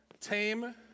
tame